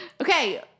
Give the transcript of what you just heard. Okay